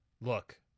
look